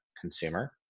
consumer